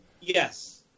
yes